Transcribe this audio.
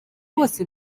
bose